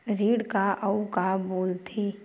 ऋण का अउ का बोल थे?